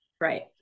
Right